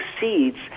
seeds